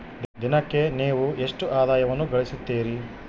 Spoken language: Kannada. ದಿನಕ್ಕೆ ನೇವು ಎಷ್ಟು ಆದಾಯವನ್ನು ಗಳಿಸುತ್ತೇರಿ?